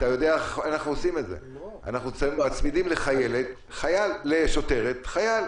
אתה יודע איך אנחנו עושים את זה אנחנו מצמידים לשוטרת חייל.